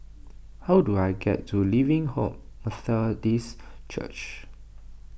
how do I get to Living Hope Methodist Church